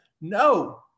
No